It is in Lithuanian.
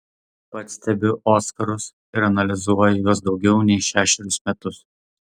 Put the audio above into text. pats stebiu oskarus ir analizuoju juos daugiau nei šešerius metus